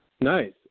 Nice